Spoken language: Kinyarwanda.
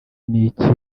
n’iki